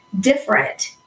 different